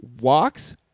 walks